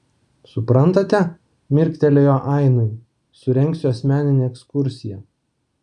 suprantate mirktelėjo ainui surengsiu asmeninę ekskursiją